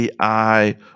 AI